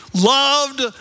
loved